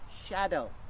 shadow